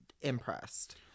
impressed